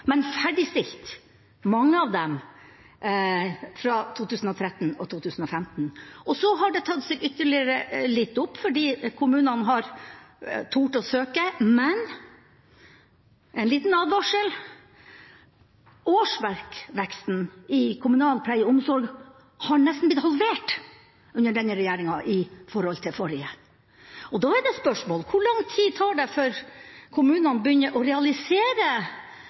men ferdigstilt, mange av dem, fra 2013 til 2015. Så har det tatt seg ytterligere litt opp fordi kommunene har turt å søke. Men en liten advarsel: Årsverksveksten innen kommunal pleie og omsorg har nesten blitt halvert under denne regjeringa i forhold til den forrige. Da er spørsmålet: Hvor lang tid tar det før kommunene begynner å realisere